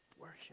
Worship